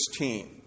16